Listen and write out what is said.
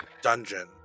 Dungeon